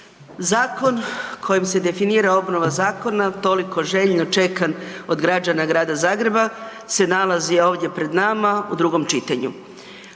zakon kojim se definira obnova zakona toliko željno čekan od građana Grada Zagreba se nalazi ovdje pred nama u drugom čitanju.